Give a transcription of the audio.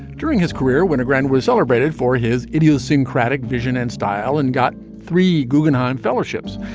during his career, winogrand was celebrated for his idiosyncratic vision and style and got three guggenheim fellowships.